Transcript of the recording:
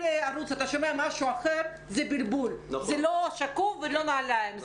שקוף ולא נעליים,